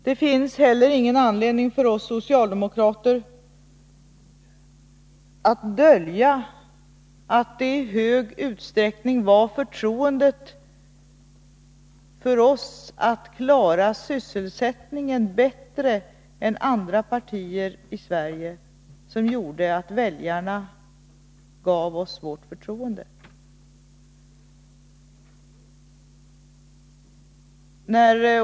Det finns heller ingen anledning för oss socialdemokrater att dölja att det i hög utsträckning var tilltron till vår förmåga att bättre än andra partier i Sverige kunna klara sysselsättningen som gjorde att väljarna gav oss sitt förtroende.